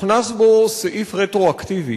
הוכנס בו סעיף רטרואקטיבי,